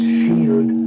shield